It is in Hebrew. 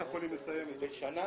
בשנה.